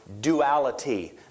duality